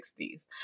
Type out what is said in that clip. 1960s